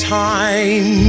time